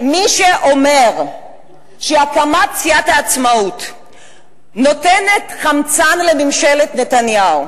מי שאומר שהקמת סיעת העצמאות נותנת חמצן לממשלת נתניהו,